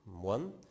One